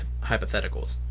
hypotheticals